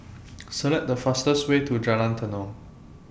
Select The fastest Way to Jalan Tenon